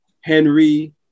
henry